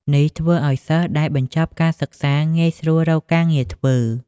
នេះធ្វើឱ្យសិស្សដែលបញ្ចប់ការសិក្សាងាយស្រួលរកការងារធ្វើ។